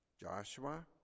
Joshua